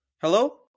Hello